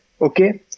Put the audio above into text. Okay